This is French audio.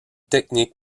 technique